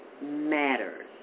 matters